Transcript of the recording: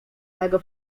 mego